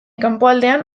kanpoaldean